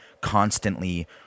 constantly